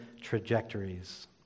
trajectories